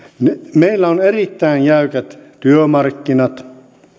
meillä on erittäin jäykät työmarkkinat